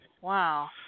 Wow